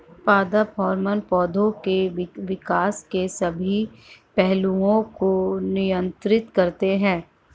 पादप हार्मोन पौधे के विकास के सभी पहलुओं को नियंत्रित करते हैं